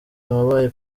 wabaye